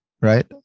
right